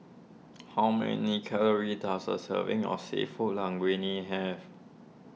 how many calories does a serving of Seafood Linguine have